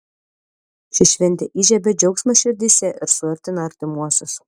ši šventė įžiebia džiaugsmą širdyse ir suartina artimuosius